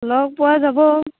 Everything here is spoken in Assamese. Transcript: লগ পোৱা যাব